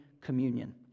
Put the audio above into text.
communion